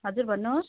हजुर भन्नुहोस्